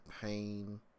pain